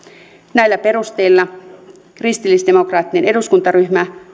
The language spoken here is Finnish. näillä perusteilla kristillisdemokraattinen eduskuntaryhmä